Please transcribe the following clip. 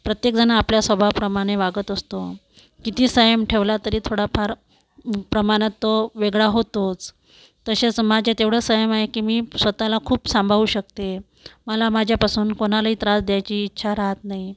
प्रत्येकजणं आपल्या स्वभावाप्रमाणे वागत असतो कितीही संयम ठेवला तरी थोडा फार प्रमाणात तो वेगळा होतोच तसेच समाजात एवढं संयम आहे की मी स्वतःला खूप सांभाळू शकते मला माझ्यापासून कोणालाही त्रास द्यायची इच्छा राहत नाही